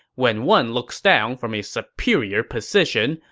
when one looks down from a superior position,